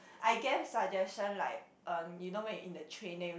I gave suggestion like um you know when in the train then you